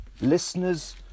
listeners